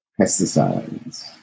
pesticides